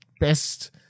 best